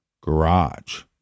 garage